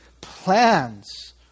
plans